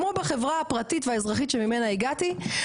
כמו בחברה הפרטית והאזרחית שממנה הגעתי,